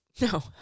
no